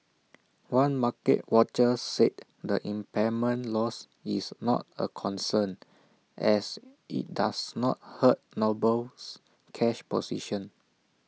one market watcher said the impairment loss is not A concern as IT does not hurt Noble's cash position